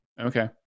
Okay